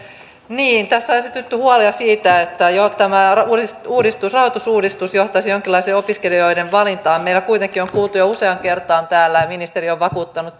niin tässä on esitetty huolia siitä että jo tämä rahoitusuudistus johtaisi jonkinlaiseen opiskelijoiden valintaan meillä kuitenkin on on kuultu jo useaan kertaan täällä ministeri on vakuuttanut